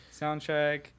soundtrack